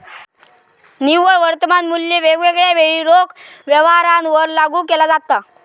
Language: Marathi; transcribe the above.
निव्वळ वर्तमान मुल्य वेगवेगळ्या वेळी रोख व्यवहारांवर लागू केला जाता